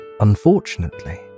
Unfortunately